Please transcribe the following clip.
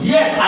Yes